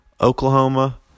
Oklahoma